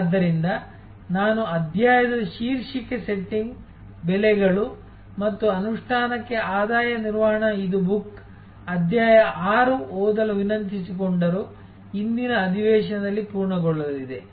ಆದ್ದರಿಂದ ನಾನು ಅಧ್ಯಾಯದ ಶೀರ್ಷಿಕೆ ಸೆಟ್ಟಿಂಗ್ ಬೆಲೆಗಳು ಮತ್ತು ಅನುಷ್ಠಾನಕ್ಕೆ ಆದಾಯ ನಿರ್ವಹಣಾ ಇದು ಬುಕ್ ಅಧ್ಯಾಯ 6 ಓದಲು ವಿನಂತಿಸಿಕೊಂಡರು ಇಂದಿನ ಅಧಿವೇಶನದಲ್ಲಿ ಪೂರ್ಣಗೊಳ್ಳಲಿದೆ